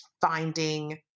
finding